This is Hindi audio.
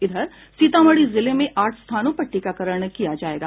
इधर सीतामढ़ी जिले में आठ स्थानों पर टीकाकरण किया जायेगा